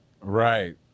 right